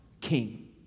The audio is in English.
King